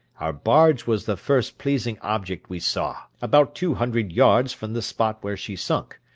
our barge was the first pleasing object we saw, about two hundred yards from the spot where she sunk.